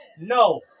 no